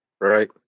Right